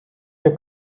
der